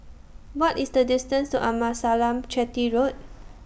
What IS The distance to Amasalam Chetty Road